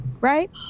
Right